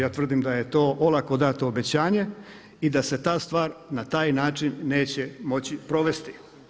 Ja tvrdim da je to olako dato obećanje i da se ta stvar na taj način neće moći provesti.